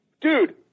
dude